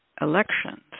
elections